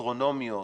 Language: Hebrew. אסטרונומיות